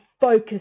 focus